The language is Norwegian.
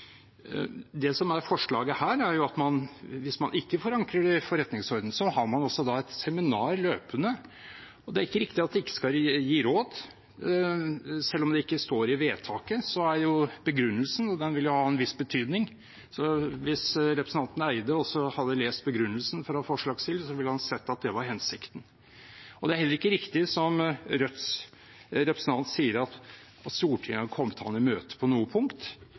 Det som er forslaget her, er at hvis man ikke forankrer det i forretningsordenen, har man et seminar løpende. Det er ikke riktig at de ikke skal gi råd. Selv om det ikke står i vedtaket, vil jo begrunnelsen ha en viss betydning. Så hvis representanten Eide hadde lest begrunnelsen fra forslagsstiller, ville han sett at det var hensikten. Det er heller ikke riktig som Rødts representant sier, at Stortinget har kommet ham i møte på